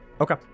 Okay